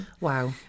Wow